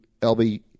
lb